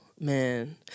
Man